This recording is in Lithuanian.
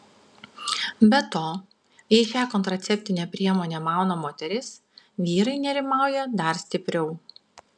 be to jei šią kontraceptinę priemonę mauna moteris vyrai nerimauja dar stipriau